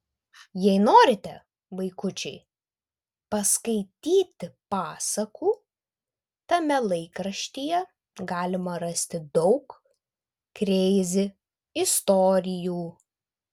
jei norite vaikučiai paskaityti pasakų tame laikraštyje galima rasti daug kreizi istorijų